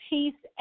Peace